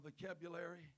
vocabulary